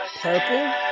purple